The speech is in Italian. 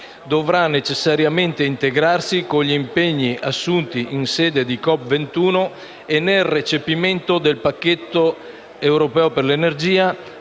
dovrà necessariamente integrarsi con gli impegni assunti in sede di COP21 e nel recepimento del pacchetto europeo per l'energia,